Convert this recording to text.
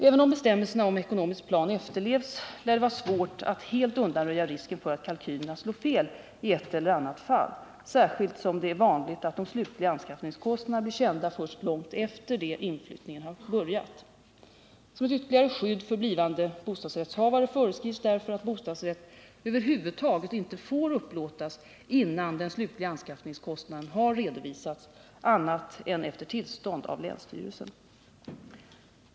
Även om bestämmelserna om ekonomisk plan efterlevs, lär det vara svårt att helt undanröja risken för att kalkylerna slår fel i ett eller annat fall, särskilt som det är vanligt att de slutliga anskaffningskostnaderna blir kända först långt efter det inflyttningen har börjat. Som ett ytterligare skydd för blivande bostadsrättshavare föreskrivs därför att bostadsrätt över huvud taget inte får upplåtas, innan den slutliga anskaffningskostnaden har redovisats, annat än efter tillstånd av länsstyrelsen.